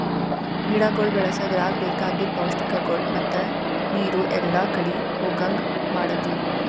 ಗಿಡಗೊಳ್ ಬೆಳಸದ್ರಾಗ್ ಬೇಕಾಗಿದ್ ಪೌಷ್ಟಿಕಗೊಳ್ ಮತ್ತ ನೀರು ಎಲ್ಲಾ ಕಡಿ ಹೋಗಂಗ್ ಮಾಡತ್ತುದ್